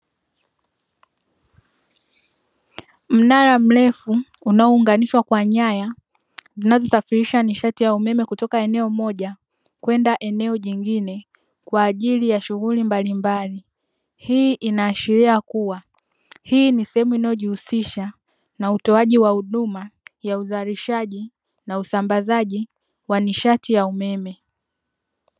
Mnara mrefu unaounganishwa kwa nyaya zinazosafirisha nishati ya umeme kutoka eneo moja kwenda eneo jingine kwa ajili ya shughuli mbalimbali. Hii inaashiria kuwa hii ni sehemu inayojihusisha na utoaji wa huduma, ya uzalishaji na usambazaji wa nishati ya umeme.